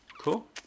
Cool